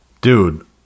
dude